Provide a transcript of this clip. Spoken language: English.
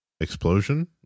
explosion